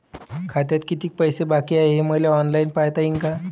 खात्यात कितीक पैसे बाकी हाय हे मले ऑनलाईन पायता येईन का?